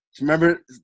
Remember